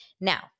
Now